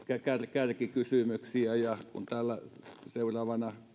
kärkikysymyksiä täällä seuraavana